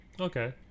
okay